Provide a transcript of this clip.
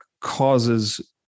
Causes